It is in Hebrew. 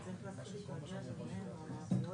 להשאיר את העבודה לגופים ולא לתת אותה למדינה.